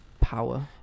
power